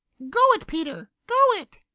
go it, peter! go it!